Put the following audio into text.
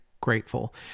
grateful